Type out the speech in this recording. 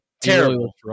Terrible